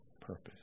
purpose